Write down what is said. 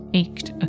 ached